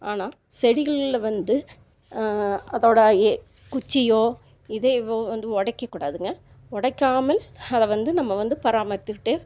ஆனால் செடிகளில் வந்து அதோட ஏ குச்சியோ இதையவோ வந்து உடைக்க கூடாதுங்க உடைக்காமல் அதை வந்து நம்ம வந்து பராமரித்துக்கிட்டு